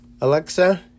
Alexa